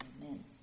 Amen